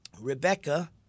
Rebecca